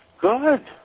Good